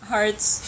Hearts